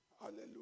Hallelujah